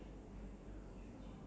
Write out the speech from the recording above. think to me like the